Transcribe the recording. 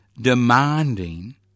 demanding